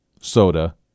soda